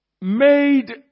made